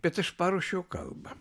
bet aš paruošiau kavą